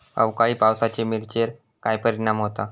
अवकाळी पावसाचे मिरचेर काय परिणाम होता?